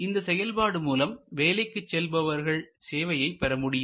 இந்த செயல்பாடு மூலம் வேலைக்கு செல்பவர்கள் சேவையைப் பெற முடியும்